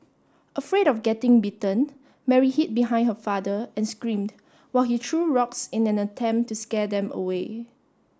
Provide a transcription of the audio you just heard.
afraid of getting bitten Mary hid behind her father and screamed while he threw rocks in an attempt to scare them away